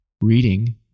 reading